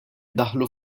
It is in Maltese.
daħlu